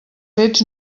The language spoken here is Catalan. fets